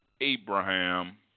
Abraham